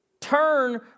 Turn